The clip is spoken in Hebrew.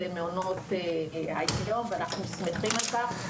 למעונות היום, ואנחנו שמחים על כך.